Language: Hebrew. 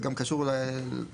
זה גם קשור למדרג,